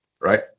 Right